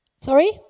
Sorry